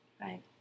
Right